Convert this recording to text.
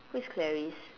who is Clarice